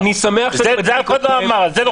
את זה אף אחד לא אמר, על זה לא חשבו.